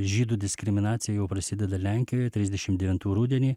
žydų diskriminacija jau prasideda ir lenkijoje trisdešim devintų rudenį